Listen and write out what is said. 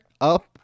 up